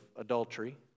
adultery